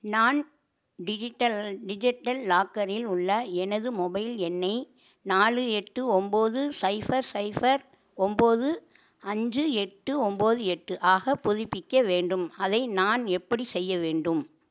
நான் digital digital லாக்கரில் உள்ள எனது மொபைல் எண்ணை நாலு எட்டு ஒம்பது சைஃபர் சைஃபர் ஒம்பது அஞ்சு எட்டு ஒம்பது எட்டு ஆக புதுப்பிக்க வேண்டும் அதை நான் எப்படிச் செய்ய வேண்டும்